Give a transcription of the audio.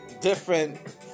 different